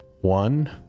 One